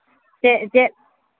ᱪᱮᱫ ᱪᱮᱫ